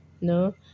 No